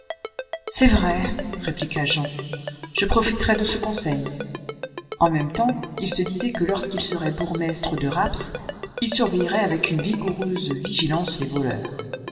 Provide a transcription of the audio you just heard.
c'est vrai répliqua jean je profiterai de ce conseil en même temps il se disait que lorsqu'il serait bourgmestre de rapps il surveillerait avec une vigoureuse vigilance les voleurs